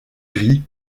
gris